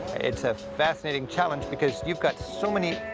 it's a fascinating challenge because you've got so many